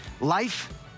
life